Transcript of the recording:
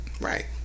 right